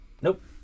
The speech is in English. nope